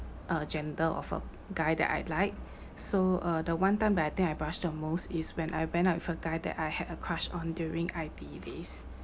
uh gender of a guy that I like so uh the one time that I think I blushed the most is when I went out with a guy that I had a crush on during I_T_E days